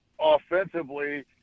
offensively